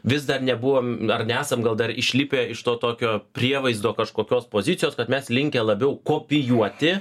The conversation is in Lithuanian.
vis dar nebuvom ar nesam gal dar išlipę iš to tokio prievaizdo kažkokios pozicijos kad mes linkę labiau kopijuoti